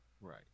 Right